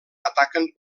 ataquen